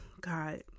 God